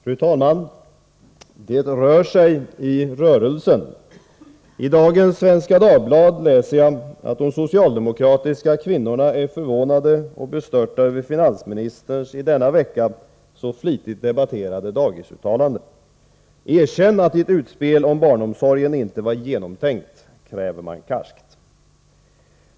Fru talman! Det rör sig i rörelsen. I dagens Svenska Dagbladet läser jag att de socialdemokratiska kvinnorna är förvånade och bestörta över finansministerns i denna vecka så flitigt debatterade dagisuttalande. ”- Erkänn att ditt utspel om barnomsorgen inte var så genomtänkt.” kräver man karskt.